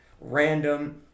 random